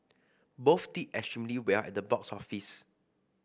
both did extremely well at the box office